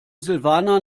silvana